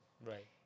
Right